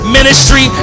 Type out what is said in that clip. Ministry